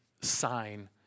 sign